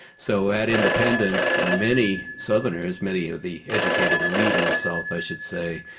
so at independence, many southerners many of the educated elite in the south, i should say,